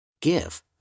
Give